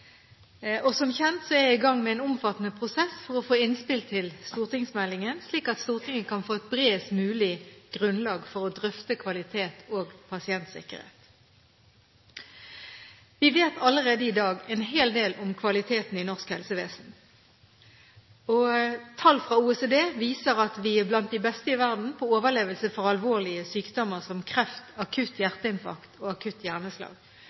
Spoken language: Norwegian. bedre. Som kjent er jeg i gang med en omfattende prosess for å få innspill til stortingsmeldingen, slik at Stortinget kan få et bredest mulig grunnlag for å drøfte kvalitet og pasientsikkerhet. Vi vet allerede i dag en hel del om kvaliteten i norsk helsevesen. Tall fra OECD viser at vi er blant de beste i verden på overlevelse av alvorlige sykdommer som kreft, akutt hjerteinfarkt og akutt hjerneslag.